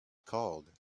called